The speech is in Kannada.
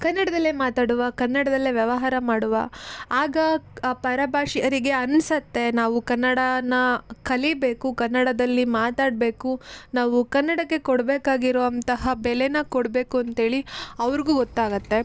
ಕನ್ನಡದಲ್ಲೇ ಮಾತಾಡುವ ಕನ್ನಡದಲ್ಲೇ ವ್ಯವಹಾರ ಮಾಡುವ ಆಗ ಆ ಪರಭಾಷೀಯರಿಗೆ ಅನಿಸುತ್ತೆ ನಾವು ಕನ್ನಡಾನ ಕಲೀಬೇಕು ಕನ್ನಡದಲ್ಲಿ ಮಾತಾಡಬೇಕು ನಾವು ಕನ್ನಡಕ್ಕೆ ಕೊಡಬೇಕಾಗಿರುವಂತಹ ಬೆಲೆನಾ ಕೊಡಬೇಕು ಅಂತೇಳಿ ಅವ್ರಿಗೂ ಗೊತ್ತಾಗುತ್ತೆ